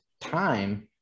time